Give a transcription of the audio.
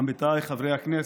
עמיתיי חברי הכנסת,